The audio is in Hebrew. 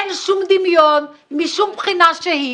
אין שום דמיון משום בחינה שהיא.